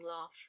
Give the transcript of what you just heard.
laugh